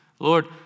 Lord